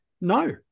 No